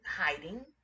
hiding